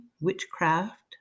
witchcraft